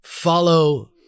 Follow